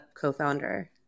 co-founder